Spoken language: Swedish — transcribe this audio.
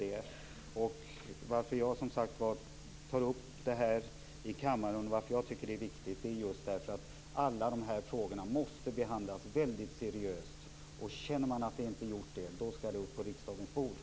Anledningen till att jag tycker att det är viktigt att ta upp det här i kammaren är att alla de här frågorna måste behandlas mycket seriöst. Om man känner att så inte har skett, skall frågorna upp på riksdagens bord.